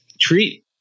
treat